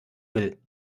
will